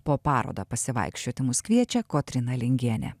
po parodą pasivaikščioti mus kviečia kotryna lingienė